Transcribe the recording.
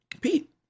Pete